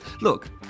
Look